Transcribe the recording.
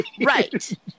Right